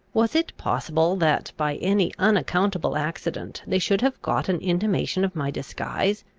was it possible that, by any unaccountable accident, they should have got an intimation of my disguise?